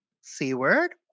C-word